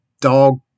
Dog